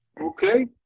Okay